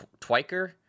Twiker